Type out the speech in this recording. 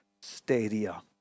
stadia